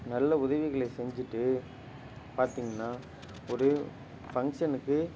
நல்ல உதவிகளை செஞ்சிவிட்டு பார்த்திங்கன்னா ஒரு பங்க்ஷனுக்கு